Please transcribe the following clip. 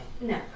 No